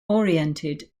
oriented